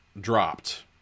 dropped